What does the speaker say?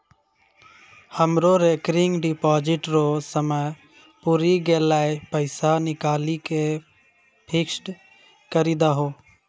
हमरो recurring deposit रो समय पुरी गेलै पैसा निकालि के फिक्स्ड करी दहो